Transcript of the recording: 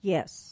Yes